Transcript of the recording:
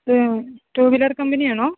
ഇത് two wheeler company ആണോ